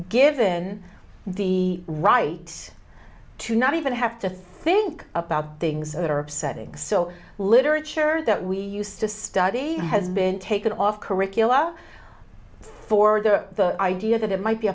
given the right to not even have to think about things that are upsetting so literature that we use to study has been taken off curricula for the idea that it might be